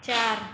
चार